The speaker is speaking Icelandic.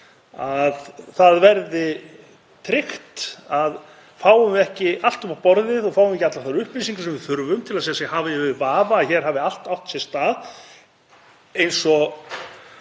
að það verði tryggt að fáum við ekki allt upp á borðið og fáum við ekki allar þær upplýsingar sem við þurfum til að það sé hafið yfir allan vafa að hér hafi allt átt sér stað eins og